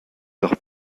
leur